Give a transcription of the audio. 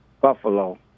Buffalo